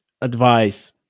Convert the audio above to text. advice